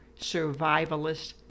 survivalist